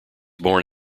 born